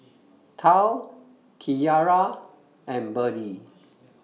Tal Kyara and Berdie